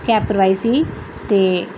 cab ਕਰਵਾਈ ਸੀ ਅਤੇ